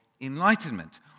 Enlightenment